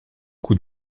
coup